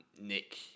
Nick